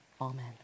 Amen